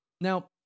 Now